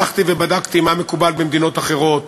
הלכתי ובדקתי מה מקובל במדינות אחרות,